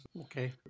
Okay